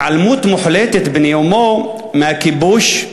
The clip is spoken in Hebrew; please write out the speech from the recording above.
התעלמות מוחלטת בנאומו מהכיבוש,